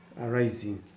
arising